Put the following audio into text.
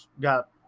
got